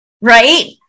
Right